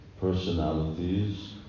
personalities